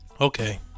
Okay